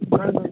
ಕಳ್ದೋಗಿದೆ